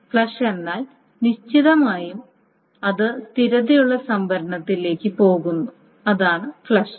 flush എന്നാൽ നിശ്ചയമായും അത് സ്ഥിരതയുള്ള സംഭരണത്തിലേക്ക് പോകുന്നു അതാണ് ഫ്ലഷ്